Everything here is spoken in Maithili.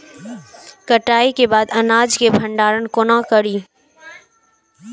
कटाई के बाद अनाज के भंडारण कोना करी?